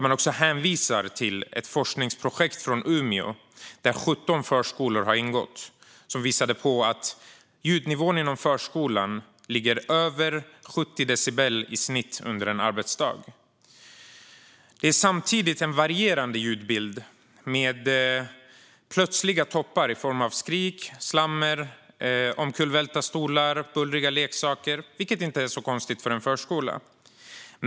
Man hänvisar till ett forskningsprojekt från Umeå där 17 förskolor ingick, som visade att ljudnivån i förskolan under en arbetsdag ligger över 70 decibel i snitt, vilket är mycket tröttande och kan skapa stressreaktioner. Samtidigt är det en varierande ljudbild med plötsliga toppar i form av skrik, slammer, omkullvälta stolar och bullriga leksaker, vilket inte är konstigt i en förskola.